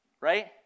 Right